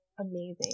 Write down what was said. amazing